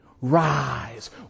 rise